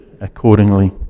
accordingly